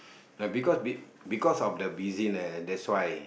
be because of the busyness thats why